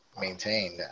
maintained